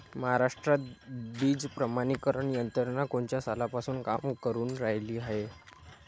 महाराष्ट्रात बीज प्रमानीकरण यंत्रना कोनच्या सालापासून काम करुन रायली हाये?